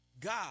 God